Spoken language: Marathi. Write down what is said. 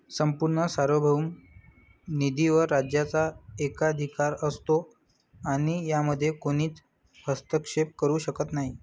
संपूर्ण सार्वभौम निधीवर राज्याचा एकाधिकार असतो आणि यामध्ये कोणीच हस्तक्षेप करू शकत नाही